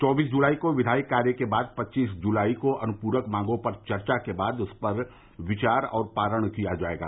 चौबीस जुलाई को विघायी कार्य के बाद पच्चीस जुलाई को अनुपूरक मांगों पर चर्चा के बाद उस पर विचार और पारण किया जायेगा